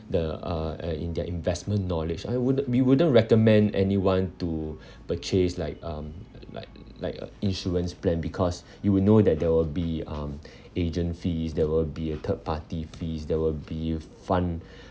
the uh uh in their investment knowledge I wouldn't we wouldn't recommend anyone to purchase like um like like insurance plan because you will know that there will be um agent fees there will be a third party fees there will be fund